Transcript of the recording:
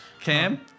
Cam